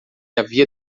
havia